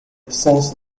sense